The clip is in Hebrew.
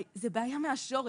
זו בעיה מהשורש.